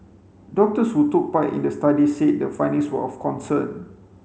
doctors who took part in the study said the findings were of concern